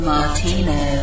Martino